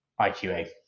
IQA